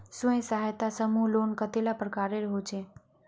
स्वयं सहायता समूह लोन कतेला प्रकारेर होचे?